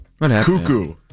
cuckoo